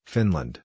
Finland